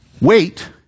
Wait